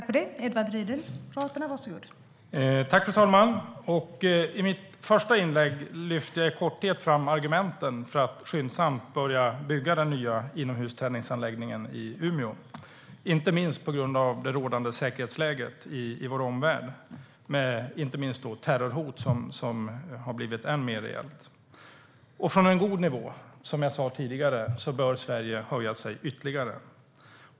Fru talman! I mitt första inlägg lyfte jag i korthet fram argumenten för att skyndsamt börja bygga den nya inomhusträningsanläggningen i Umeå, inte minst på grund av det rådande säkerhetsläget i vår omvärld med terrorhot som har blivit än mer reella. Från en god nivå, som jag sa tidigare, bör Sverige höja sig ytterligare.